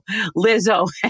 Lizzo